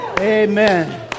Amen